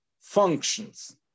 functions